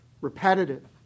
repetitive